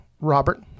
Robert